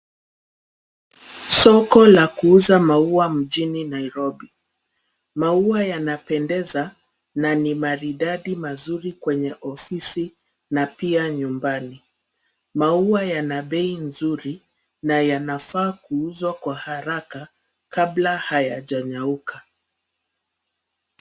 Soko la kuuza maua mjini Nairobi maua yanapendeza na ni maridadi mazuri kwenye ofisi na pia nyumbani. Maua yana bei nzuri na yanafaa kuuzwa kwa haraka kabla hayajanyauka.